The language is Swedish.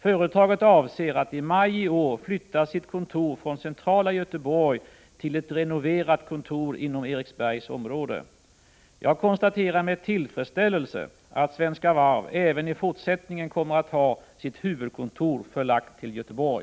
Företaget avser att i maji år flytta sitt kontor från centrala Göteborg till ett renoverat kontor inom Eriksbergs område. Jag konstaterar med tillfredsställelse att Svenska Varv även i fortsättningen kommer att ha sitt huvudkontor förlagt till Göteborg.